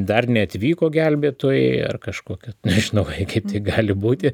dar neatvyko gelbėtojai ar kažkokia nežinau kaip tai gali būti